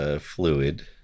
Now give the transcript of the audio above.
Fluid